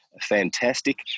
fantastic